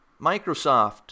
Microsoft